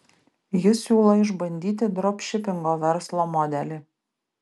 jis siūlo išbandyti dropšipingo verslo modelį